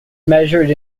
measured